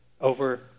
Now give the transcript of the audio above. over